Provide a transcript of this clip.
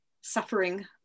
suffering